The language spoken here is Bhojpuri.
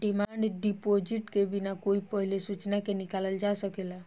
डिमांड डिपॉजिट के बिना कोई पहिले सूचना के निकालल जा सकेला